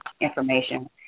information